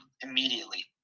Immediately